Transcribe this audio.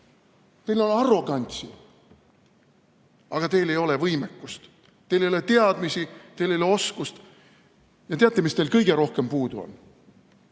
Teil on arrogantsi, aga teil ei ole võimekust, teil ei ole teadmisi, teil ei ole oskust. Ja teate, mida teil kõige rohkem puudu on?